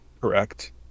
Correct